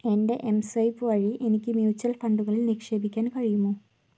എൻ്റെ എംസ്വൈപ്പ് വഴി എനിക്ക് മ്യൂച്വൽ ഫണ്ടുകളിൽ നിക്ഷേപിക്കാൻ കഴിയുമോ